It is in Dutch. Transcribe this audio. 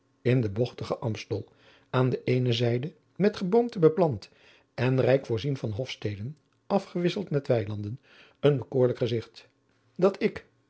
in den bogtigen amstel aan de eene zijde met geboomte beplant en rijk voorzien van hofsteden afgewisseld met weilanden een bekoorlijk gezigt dat ik